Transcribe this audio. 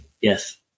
Yes